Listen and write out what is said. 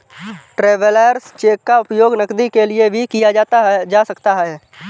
travellers cheque का उपयोग नकदी के लिए भी किया जा सकता है